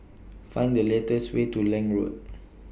Find The latest Way to Lange Road